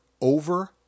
over